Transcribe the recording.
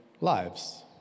lives